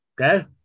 Okay